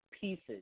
pieces